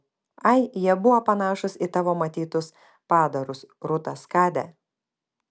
ai jie buvo panašūs į tavo matytus padarus rūta skade